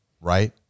right